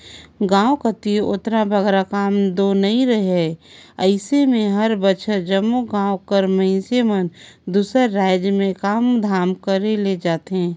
गाँव कती ओतना बगरा काम दो रहें नई अइसे में हर बछर जम्मो गाँव कर मइनसे मन दूसर राएज में काम धाम करे ले जाथें